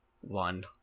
one